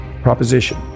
proposition